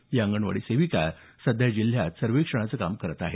या अंगणवाडी सेविका सध्या जिल्ह्यात सर्वेक्षणाचं काम करीत आहेत